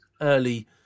early